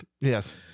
yes